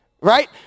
Right